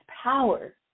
power